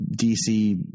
DC